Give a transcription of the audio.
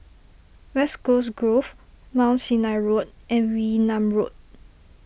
West Coast Grove Mount Sinai Road and Wee Nam Road